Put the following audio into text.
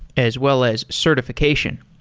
as well as certification.